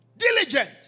Diligence